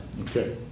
Okay